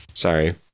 Sorry